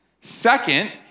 Second